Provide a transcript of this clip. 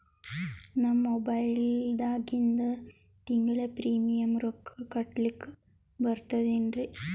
ನಮ್ಮ ಮೊಬೈಲದಾಗಿಂದ ತಿಂಗಳ ಪ್ರೀಮಿಯಂ ರೊಕ್ಕ ಕಟ್ಲಕ್ಕ ಬರ್ತದೇನ್ರಿ?